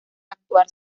actuar